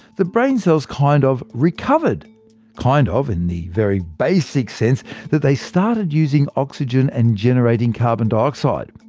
the brain cells kind of recovered kind of in the very basic sense that they started using oxygen and generating carbon dioxide.